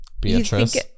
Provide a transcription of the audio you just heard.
Beatrice